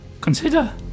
consider